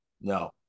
No